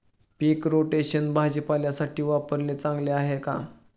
पीक rotation भाजीपाल्यासाठी वापरणे चांगले आहे का?